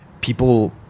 people